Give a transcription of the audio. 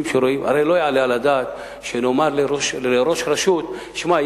הרי לא יעלה על הדעת שנאמר לראש רשות: שמע,